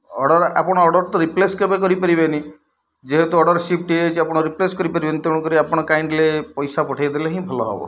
order ଆପଣ order ତ replace କେବେ କରିପାରିବେନି ଯେହେତୁ ଅର୍ଡ଼ର୍ ସିଫ୍ଟ୍ ହୋଇଯାଇଛି ଆପଣ ରିପ୍ଲେସ୍ କରିପାରିବେନି ତେଣୁକରି ଆପଣ କାଇଣ୍ଡ୍ଲି ପଇସା ପଠାଇଦେଲେ ହିଁ ଭଲ ହେବ